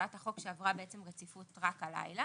בהצעת החוק שעברה רציפות רק הלילה,